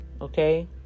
okay